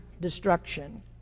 destruction